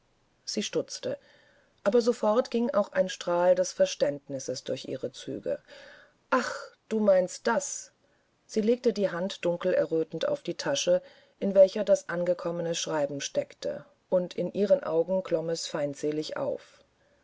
sie stutzte aber sofort ging auch ein strahl des verständnisses durch ihre züge ah du meinst das sie legte die hand dunkel errötend auf die tasche in welcher das angekommene schreiben steckte und in ihren augen glomm es wie feindselig auf